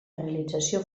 realització